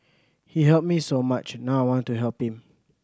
he helped me so much now I want to help him